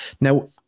Now